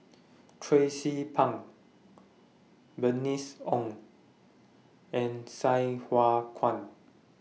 Tracie Pang Bernice Ong and Sai Hua Kuan